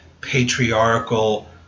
patriarchal